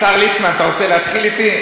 השר ליצמן, אתה רוצה להתחיל אתי?